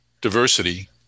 diversity